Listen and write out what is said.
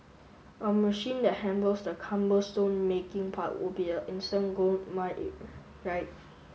a machine that handles the cumbersome making part would be a instant goldmine it right